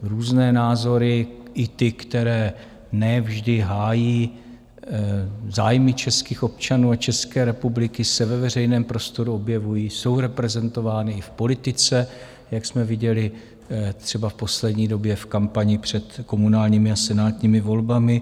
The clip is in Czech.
Různé názory i ty, které ne vždy hájí zájmy českých občanů a České republiky, se ve veřejném prostoru objevují, jsou reprezentovány i v politice, jak jsme viděli třeba v poslední době v kampani před komunálními a senátními volbami.